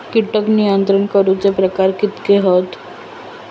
कीटक नियंत्रण करूचे प्रकार कितके हत?